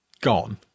gone